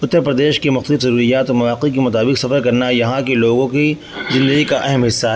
اتّر پردیش کی مختلف ضروریات اور مواقع کے مطابق سفر کرنا یہاں کے لوگوں کی زندگی کا اہم حصہ